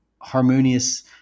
harmonious